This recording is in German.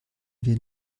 wir